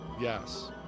Yes